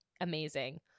amazing